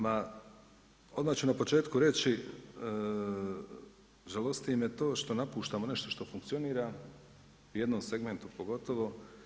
Ma odmah ću na početku reći, žalosti me to što napuštamo nešto što funkcionira u jednom segmentu pogotovo.